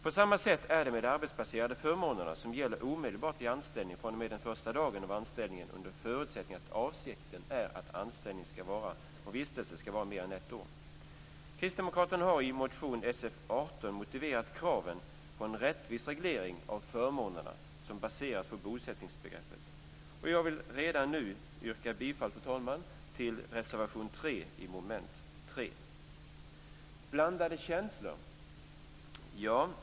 På samma sätt är det med de arbetsbaserade förmånerna som gäller omedelbart vid anställning, fr.o.m. den första dagen av anställningen under förutsättning att avsikten är att anställning och vistelse ska vara mer än ett år. Kristdemokraterna har i motion Sf18 motiverat kraven på en rättvis reglering av förmånerna som baseras på bosättningsbegreppet. Fru talman! Jag vill redan nu yrka bifall till reservation 3 under mom. 3.